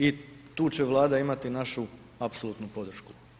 I tu će Vlada imati našu apsolutnu podršku.